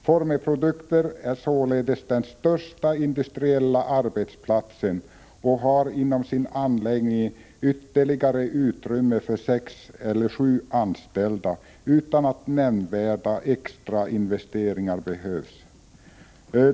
Formelprodukter är således den största industriarbetsplatsen, och företaget har inom sin anläggning utrymme för ytterligare sex sju anställda utan att nämnvärda extra investeringar behövs.